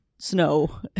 snow